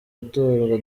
gutorwa